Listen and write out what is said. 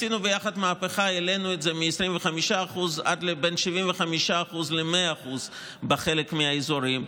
עשינו ביחד מהפכה: העלינו את זה מ-25% עד ל-75% עד 100% בחלק מהאזורים.